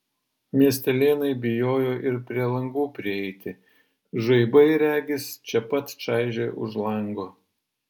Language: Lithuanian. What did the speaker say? miestelėnai bijojo ir prie langų prieiti žaibai regis čia pat čaižė už lango